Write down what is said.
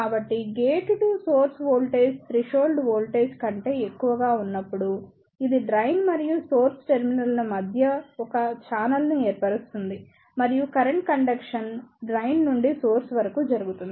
కాబట్టి gate to source voltage threshold voltage కంటే ఎక్కువగా ఉన్నప్పుడు ఇది డ్రైన్ మరియు సోర్స్ టెర్మినల్ మధ్య ఒక ఛానెల్ను ఏర్పరుస్తుంది మరియు కరెంట్ కండక్షన్ డ్రైన్ నుండి సోర్స్ వరకు జరుగుతుంది